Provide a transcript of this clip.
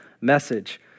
Message